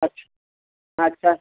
अच्छा अच्छा